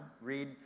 Read